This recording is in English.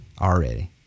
already